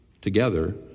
together